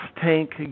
tank